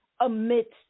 amidst